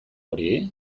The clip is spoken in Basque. hori